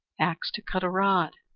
axe to cut a rod,